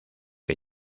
que